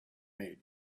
made